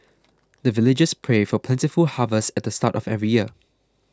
the villagers pray for plentiful harvest at the start of every year